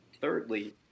Thirdly